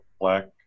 black